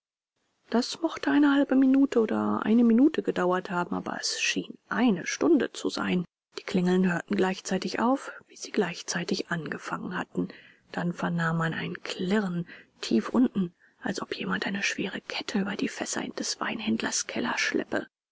das mochte eine halbe minute oder eine minute gedauert haben aber es schien eine stunde zu sein die klingeln hörten gleichzeitig auf wie sie gleichzeitig angefangen hatten dann vernahm man ein klirren tief unten als ob jemand eine schwere kette über die fässer in des weinhändlers keller schleppe